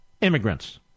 immigrants